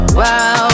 wow